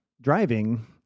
driving